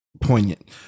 Poignant